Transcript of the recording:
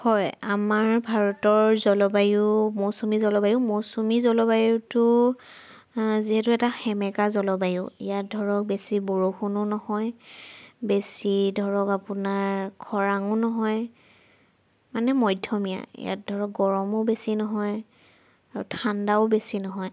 হয় আমাৰ ভাৰতৰ জলবায়ু মৌচুমী জলবায়ু মৌচুমী জলবায়ুটো যিহেতু এটা সেমেকা জলবায়ু ইয়াত ধৰক বেছি বৰষুণো নহয় বেছি ধৰক আপোনাৰ খৰাঙো নহয় মানে মধ্যমীয়া ইয়াত ধৰক গৰমো বেছি নহয় ঠাণ্ডাও বেছি নহয়